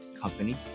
company